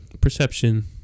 perception